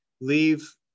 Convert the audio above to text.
leave